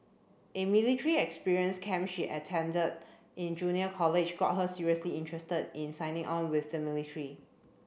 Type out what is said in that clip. a military experience camp she attended in junior college got her seriously interested in signing on with the military